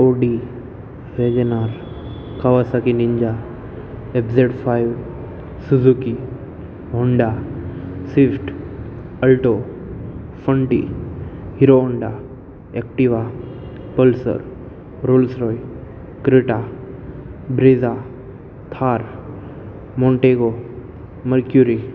Audi WagonR Kawasaki Ninja F Z five Suzuki Honda Swift Alto ફંટી Hero Honda Activa Pulsar Rolls Royce Creta Brezza Thar Montego mercury